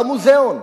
במוזיאון,